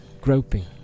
groping